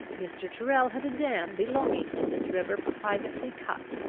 mr. tyrrel had a dam belonging to this river privately cut,